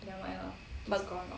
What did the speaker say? but